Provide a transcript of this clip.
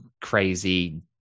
crazy